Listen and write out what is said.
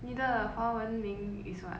你的华文名 is what